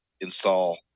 install